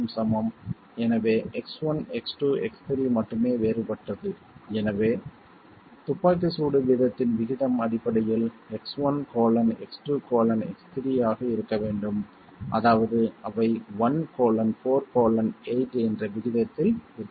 எனவே X1 X2 X3 மட்டுமே வேறுபட்டது எனவே துப்பாக்கி சூடு வீதத்தின் விகிதம் அடிப்படையில் X1 X 2 X3 ஆக இருக்க வேண்டும் அதாவது அவை 1 4 8 என்ற விகிதத்தில் இருக்க வேண்டும்